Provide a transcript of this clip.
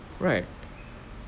right